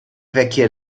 vecchie